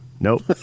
Nope